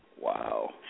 Wow